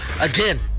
again